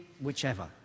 whichever